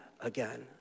again